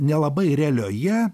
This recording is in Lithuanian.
nelabai realioje